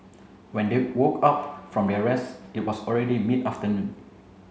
when they woke up from their rest it was already mid afternoon